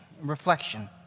reflection